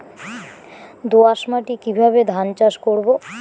দোয়াস মাটি কিভাবে ধান চাষ করব?